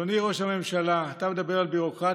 אדוני ראש הממשלה, אתה מדבר על ביורוקרטיה?